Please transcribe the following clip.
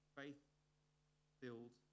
faith-filled